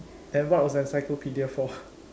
and what was the encyclopedia for